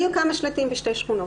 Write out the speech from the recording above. היו כמה שלטים בשתי שכונות